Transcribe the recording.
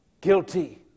guilty